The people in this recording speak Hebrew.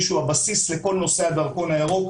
שהוא הבסיס לכל נושא הדרכון הירוק.